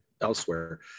elsewhere